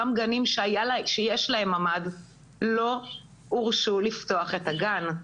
גם גנים שיש להם ממ"ד לא הורשו לפתוח את הגן.